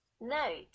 Note